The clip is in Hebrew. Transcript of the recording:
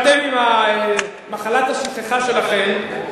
אתם עם מחלת השכחה שלכם,